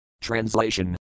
Translation